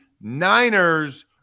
Niners